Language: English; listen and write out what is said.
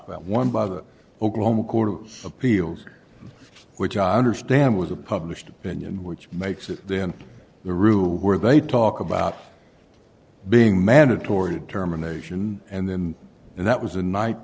that one by the oklahoma court of appeals which i understand was a published opinion which makes it then the rule where they talk about being mandatory determination and then and that was the night